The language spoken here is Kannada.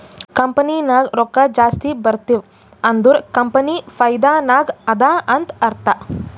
ಕಂಪನಿ ನಾಗ್ ರೊಕ್ಕಾ ಜಾಸ್ತಿ ಬರ್ತಿವ್ ಅಂದುರ್ ಕಂಪನಿ ಫೈದಾ ನಾಗ್ ಅದಾ ಅಂತ್ ಅರ್ಥಾ